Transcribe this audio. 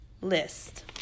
list